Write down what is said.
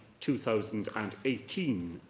2018